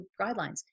guidelines